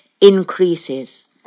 increases